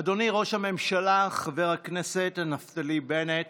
אדוני ראש הממשלה חבר הכנסת נפתלי בנט,